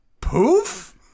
poof